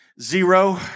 Zero